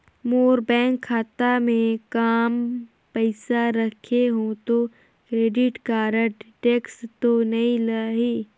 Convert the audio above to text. मोर bank खाता मे काम पइसा रखे हो तो क्रेडिट कारड टेक्स तो नइ लाही???